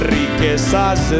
riquezas